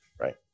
Right